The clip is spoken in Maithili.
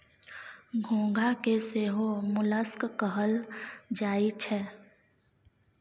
घोंघा के सेहो मोलस्क कहल जाई छै